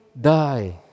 die